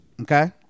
Okay